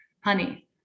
honey